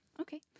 okay